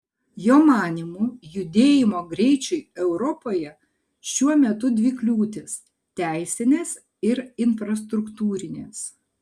jo manymu judėjimo greičiui europoje šiuo metu dvi kliūtys teisinės ir infrastruktūrinės